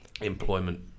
employment